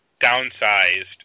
downsized